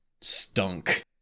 stunk